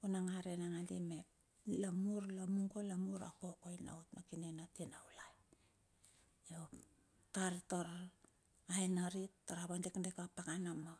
Vunang a rei nagandi mep, mila mur la mungo lamuri a kokoina ot ma kine na tinaulai. Io tar tar a ra e narit tar a va dekdek a pakana ma